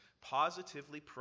positively